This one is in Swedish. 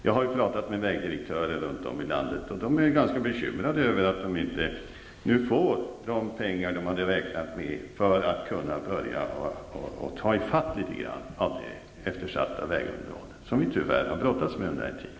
Jag har talat med vägdirektörer runt om i landet, och de är ganska bekymrade över att de inte får de pengar de hade räknat med för att kunna börja ta ifatt litet av det eftersatta vägunderhållet. Detta har vi tyvärr brottats med under en tid.